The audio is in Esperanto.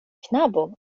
knabo